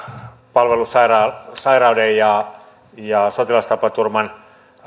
palvelussairauden ja sotilastapaturman